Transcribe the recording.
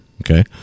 okay